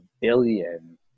billion